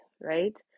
right